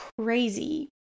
crazy